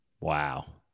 Wow